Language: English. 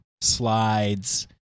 slides